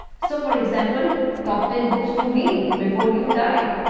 so for example top ten books to read before you die.